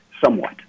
somewhat